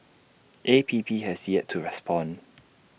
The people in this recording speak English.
A P P has yet to respond